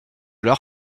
leur